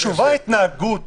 חשובה ההתנהגות.